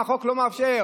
אם החוק לא מאפשר?